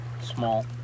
Small